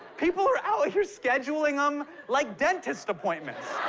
people are out here scheduling them like dentist appointments.